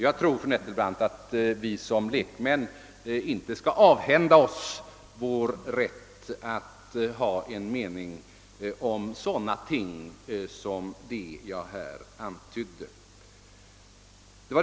Vi lekmän bör inte, fru Nettelbrandt, avhända oss vår rätt att ha en mening i sådana fall som jag antytt.